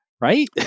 right